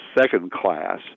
second-class